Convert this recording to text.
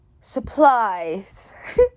supplies